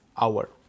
hour